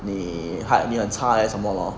你还没有差 leh 什么 lor